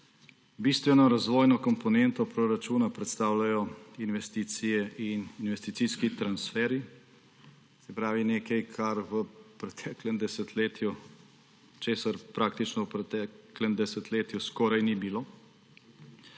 Bistveno razvojno komponento proračuna predstavljajo investicije in investicijski transferji. Se pravi nekaj, česar praktično v preteklem desetletju skoraj ni bilo.